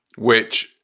which,